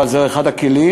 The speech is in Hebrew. אבל זה אחד הכלים,